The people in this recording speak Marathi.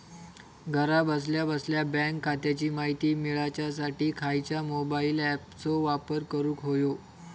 घरा बसल्या बसल्या बँक खात्याची माहिती मिळाच्यासाठी खायच्या मोबाईल ॲपाचो वापर करूक होयो?